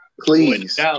Please